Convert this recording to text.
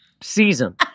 season